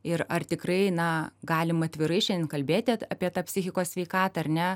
ir ar tikrai na galim atvirai šiandien kalbėti apie tą psichikos sveikatą ar ne